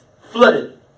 flooded